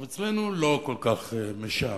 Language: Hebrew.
אבל אצלנו לא כל כך משעמם.